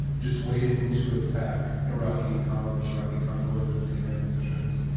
just waiting to attack iraqi columns, iraqi convoys and command positions.